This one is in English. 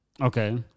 Okay